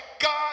God